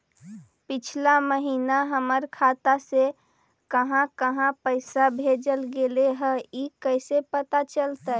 पिछला महिना हमर खाता से काहां काहां पैसा भेजल गेले हे इ कैसे पता चलतै?